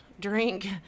Drink